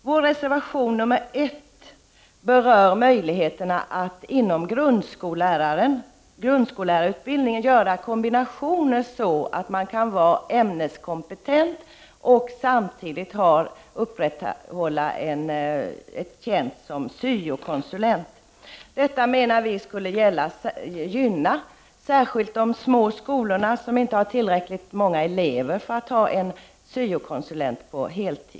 Vår reservation nr 1 berör möjligheterna att inom grundskollärarutbildningen göra kombinationer, så att man kan vara ämneskompetent och samtidigt upprätthålla en tjänst som syokonsulent. Detta skulle, menar vi, gynna särskilt de små skolorna, som inte har tillräckligt många elever för att ha en syokonsulent på heltid.